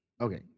Okay